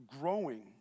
growing